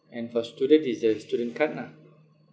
and for student is the student card lah